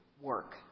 work